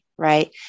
Right